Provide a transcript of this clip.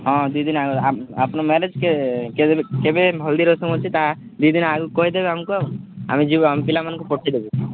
ହଁ ଦୁଇ ଦିନ ଆଗ ଆପଣ ମ୍ୟାରେଜ୍ କେବେ ହଲ୍ଦି ରସମ୍ ଅଛି ତା ଦୁଇ ଦିନ ଆଗକୁ କହିଦେବେ ଆମକୁ ଆଉ ଆମେ ଯିବୁ ଆମ ପିଲାମାନଙ୍କୁ ପଠେଇଦେବେ